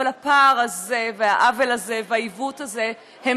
אבל הפער הזה והעוול הזה והעיוות הזה הם